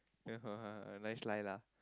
(uh huh) nice lie lah